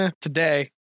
today